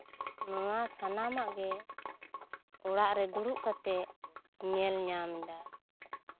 ᱱᱚᱣᱟ ᱥᱟᱱᱟᱢᱟᱜ ᱜᱮ ᱚᱲᱟᱜ ᱨᱮ ᱫᱩᱲᱩᱵ ᱠᱟᱛᱮᱫ ᱧᱮᱞ ᱧᱟᱢᱫᱟ